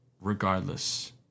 Regardless